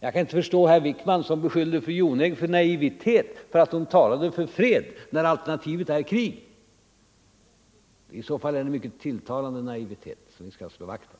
Jag kan alls inte förstå herr Wijkman, som beskyllde fru Jonäng = Ang. läget i för naivitet därför att hon talade för fred, när alternativet är krig. Det — Mellersta Östern, är i så fall en mycket tilltalande naivitet, som vi bör slå vakt om!